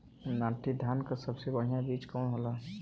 नाटी धान क सबसे बढ़िया बीज कवन होला?